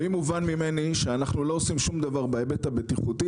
ואם הובן ממני שאנחנו לא עושים שום דבר בהיבט הבטיחותי,